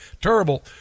terrible